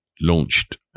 launched